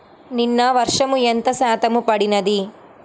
నిన్న వర్షము ఎంత శాతము పడినది?